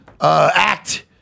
act